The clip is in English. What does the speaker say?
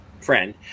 friend